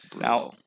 Now